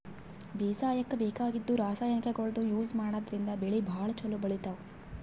ಬೇಸಾಯಕ್ಕ ಬೇಕಾಗಿದ್ದ್ ರಾಸಾಯನಿಕ್ಗೊಳ್ ಯೂಸ್ ಮಾಡದ್ರಿನ್ದ್ ಬೆಳಿ ಭಾಳ್ ಛಲೋ ಬೆಳಿತಾವ್